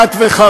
את וחברייך,